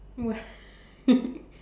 what